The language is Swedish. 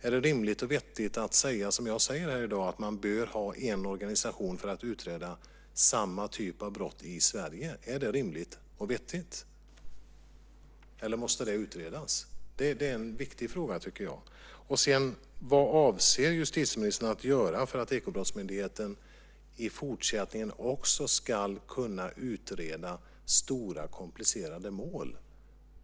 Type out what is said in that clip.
Är det rimligt och vettigt att säga som jag säger här i dag, att man bör ha en organisation för att utreda samma typ av brott i Sverige? Är det rimligt och vettigt, eller måste det utredas? Det är en viktig fråga, tycker jag. Vidare: Vad avser justitieministern att göra för att Ekobrottsmyndigheten också i fortsättningen ska kunna utreda stora, komplicerade mål?